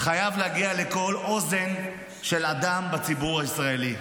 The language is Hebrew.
חייב להגיע לכל אוזן של אדם בציבור הישראלי.